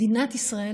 מדינת ישראל,